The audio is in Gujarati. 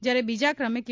જયારે બીજા ક્રમે કે